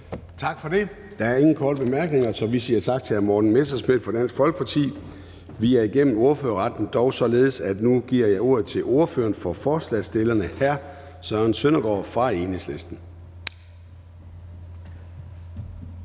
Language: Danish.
Tak for det. Der er ingen korte bemærkninger, så vi siger tak til hr. Morten Messerschmidt fra Dansk Folkeparti. Vi er igennem ordførerrækken, dog således at jeg nu giver ordet til ordføreren for forslagsstillerne, hr. Søren Søndergaard fra Enhedslisten.